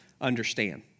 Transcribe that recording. understand